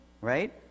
right